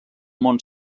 món